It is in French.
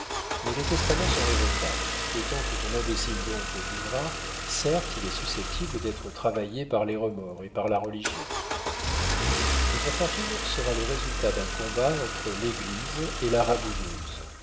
mais les testaments sont révocables et tant que ton imbécile d'oncle vivra certes il est susceptible d'être travaillé par les remords et par la religion votre fortune sera le résultat d'un combat entre l'église et la rabouilleuse